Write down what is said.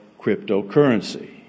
cryptocurrency